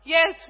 Yes